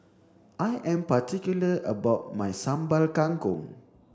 I am particular about my Sambal Kangkong